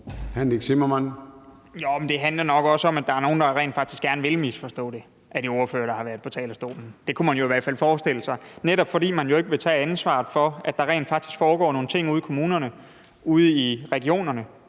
Det handler nok også om, at der er nogle af de ordførere, der har været på talerstolen, der rent faktisk gerne vil misforstå det. Det kunne man jo i hvert fald forestille sig, netop fordi man jo ikke vil tage ansvaret for, at der rent faktisk foregår nogle ting ude i kommunerne og ude i regionerne,